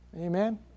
Amen